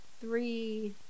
three